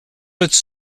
its